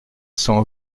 cent